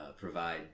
provide